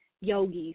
yogis